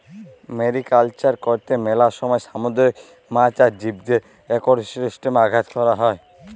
mariculture করত্যে মেলা সময় সামুদ্রিক মাছ আর জীবদের একোসিস্টেমে আঘাত হ্যয়